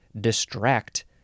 distract